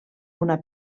una